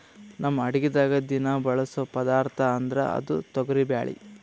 ನಮ್ ಅಡಗಿದಾಗ್ ದಿನಾ ಬಳಸೋ ಪದಾರ್ಥ ಅಂದ್ರ ಅದು ತೊಗರಿಬ್ಯಾಳಿ